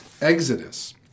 Exodus